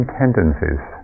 tendencies